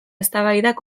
eztabaidak